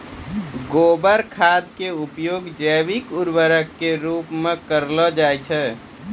गोबर खाद के उपयोग जैविक उर्वरक के रुपो मे करलो जाय छै